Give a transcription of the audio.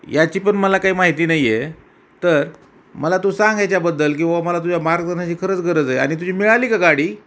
याची पण मला काही माहिती नाही आहे तर मला तू सांग याच्याबद्दल की बुवा मला तुझ्या मार्दर्शनाची खरंच गरज आहे आणि तुझी मिळाली का गाडी